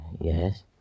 Yes